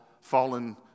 fallen